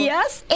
Yes